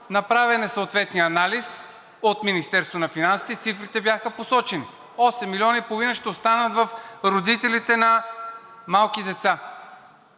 Направен е съответният анализ от Министерството на финансите. Цифрите бяха посочени – 8,5 милиона ще останат в родителите на малки деца.